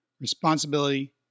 responsibility